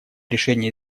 решение